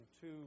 two